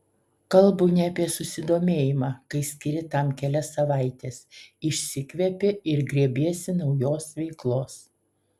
kalbu ne apie susidomėjimą kai skiri tam kelias savaites išsikvepi ir grėbiesi naujos veiklos